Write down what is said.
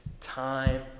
time